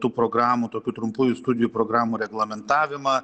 tų programų tokių trumpųjų studijų programų reglamentavimą